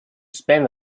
spend